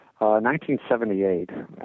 1978